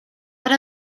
per